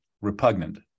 repugnant